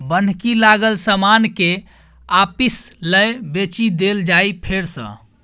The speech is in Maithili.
बन्हकी लागल समान केँ आपिस लए बेचि देल जाइ फेर सँ